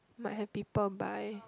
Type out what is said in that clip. might have people buy